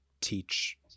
teach